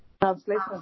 translation